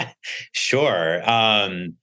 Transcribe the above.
Sure